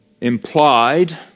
implied